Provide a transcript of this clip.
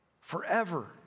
Forever